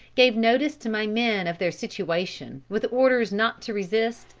gave notice to my men of their situation with orders not to resist,